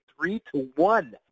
three-to-one